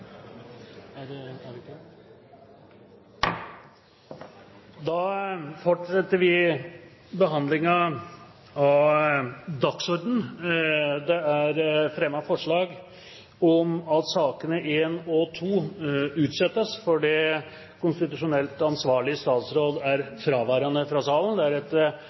er klare til å gå til votering. Da fortsetter vi behandlingen av dagsordenen. Det er fremmet forslag om at sakene nr. 1 og 2 utsettes fordi den konstitusjonelt ansvarlige statsråd er fraværende fra salen.